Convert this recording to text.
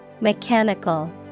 Mechanical